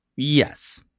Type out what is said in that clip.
Yes